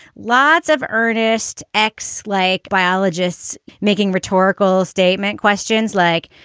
lots of earnest x like biologists making rhetorical statement questions like,